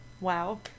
wow